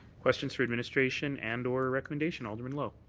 questions for administration and or recommendation. alderman lowe.